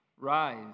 Rise